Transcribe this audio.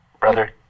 brother